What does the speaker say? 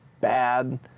bad